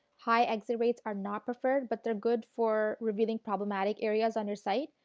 high exit rates are not preferred but they are good for revealing problematic areas on your site.